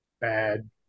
bad